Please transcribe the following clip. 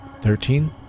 Thirteen